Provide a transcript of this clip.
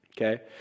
Okay